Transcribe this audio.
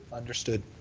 understood.